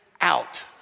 Out